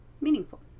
meaningful